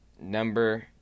Number